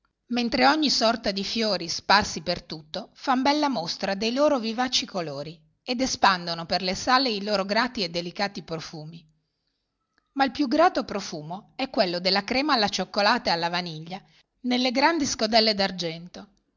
mentre ogni sorta di fiori sparsi per tutto fan bella mostra dei lor vivaci colori ed espandono per le sale i loro grati e delicati profumi ma il più grato profumo è quello della crema alla cioccolata e alla vainiglia nelle grandi scodelle